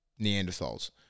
Neanderthals